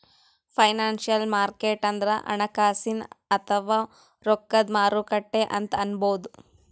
financial market ಅಂದ್ರ ಹಣಕಾಸಿನ್ ಅಥವಾ ರೊಕ್ಕದ್ ಮಾರುಕಟ್ಟೆ ಅಂತ್ ಅನ್ಬಹುದ್